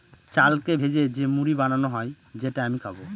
চালকে ভেজে যে মুড়ি বানানো হয় যেটা আমি খাবো